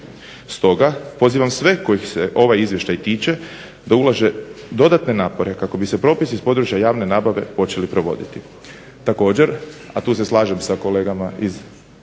Stoga, pozivam sve kojih se ovaj izvještaj tiče da ulože dodatne napore kako bi se propisi iz područja javne nabave počeli provoditi. Također, a tu se slažem sa kolegama iz